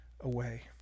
away